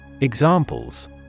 Examples